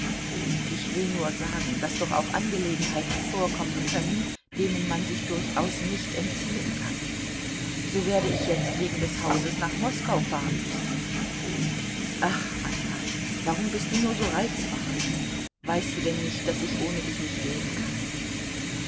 ich will nur sagen daß doch auch angelegenheiten vorkommen können denen man sich durchaus nicht entziehen kann so werde ich jetzt wegen des hauses nach moskau fahren müssen ach anna warum bist du nur so reizbar weißt du denn nicht daß ich ohne dich nicht leben kann